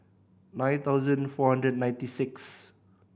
nine thousand four hundred ninety six